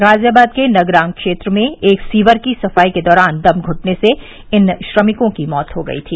गाजियाबाद के नगराम क्षेत्र में एक सीवर की सफाई के दौरान दम घुटने से इन श्रमिकों की मौत हो गई थी